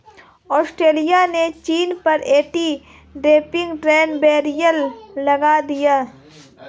Australia ने चीन पर एंटी डंपिंग ट्रेड बैरियर लगा दिया